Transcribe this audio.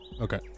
okay